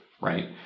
right